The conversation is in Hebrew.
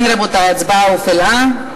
כן, רבותי, ההצבעה הופעלה.